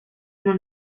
uno